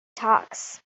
talks